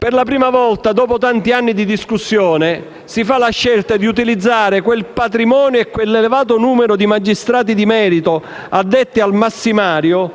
Per la prima volta, dopo tanti anni di discussione, si fa la scelta di utilizzare quel patrimonio e quell'elevato numero di magistrati di merito addetti al massimario